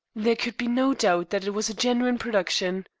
there could be no doubt that it was a genuine production.